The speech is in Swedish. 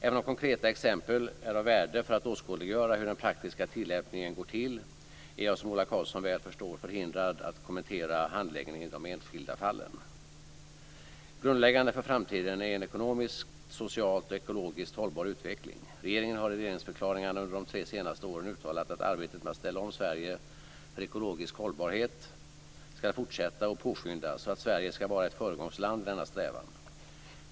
Även om konkreta exempel kan vara av värde för att åskådliggöra hur den praktiska tillämpningen går till är jag som Ola Karlsson väl förstår förhindrad att kommentera handläggningen i de enskilda fallen. Grundläggande för framtiden är en ekonomiskt, social och ekologiskt hållbar utveckling. Regeringen har i regeringsförklaringarna under de tre senaste åren uttalat att arbetet med att ställa om Sverige för ekologisk hållbarhet ska fortsätta och påskyndas och att Sverige ska vara ett föregångsland i denna strävan.